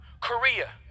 Korea